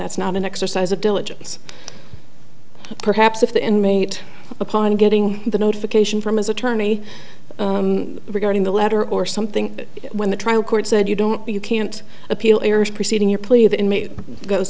that's not an exercise of diligence perhaps if the inmate upon getting the notification from his attorney regarding the letter or something when the trial court said you don't you can't appeal they are proceeding